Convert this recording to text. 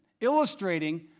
illustrating